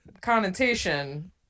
connotation